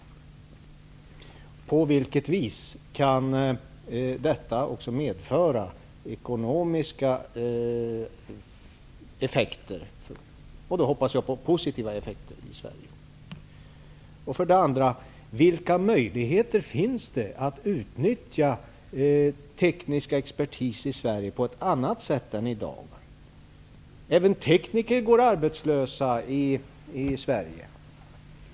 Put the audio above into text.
På vilket vis kan detta också medföra ekonomiska effekter i Sverige? Jag hoppas då på positiva effekter. För det andra: Vilka möjligheter finns det att utnyttja teknisk expertis i Sverige på annat sätt än i dag? Även tekniker går arbetslösa i Sverige.